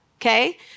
Okay